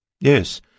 Yes